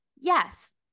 Yes